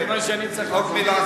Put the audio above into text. כיוון שאני צריך עוד,